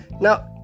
now